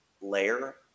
layer